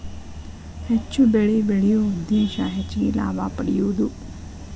ಹೆಚ್ಚು ಬೆಳಿ ಬೆಳಿಯು ಉದ್ದೇಶಾ ಹೆಚಗಿ ಲಾಭಾ ಪಡಿಯುದು